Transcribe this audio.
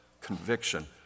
Conviction